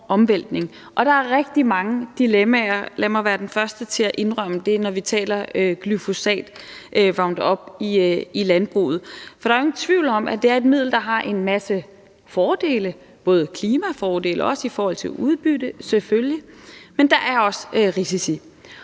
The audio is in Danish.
Og der er rigtig mange dilemmaer – lad mig være den første til at indrømme det – når vi taler glyfosat og Roundup i landbruget, for der er ingen tvivl om, at det er et middel, der har en masse fordele, både klimafordele og selvfølgelig i forhold til udbytte, men der er også risici.